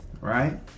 right